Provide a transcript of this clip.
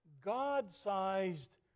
God-sized